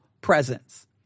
presence